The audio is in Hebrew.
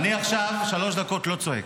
אני עכשיו שלוש דקות לא צועק.